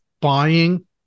buying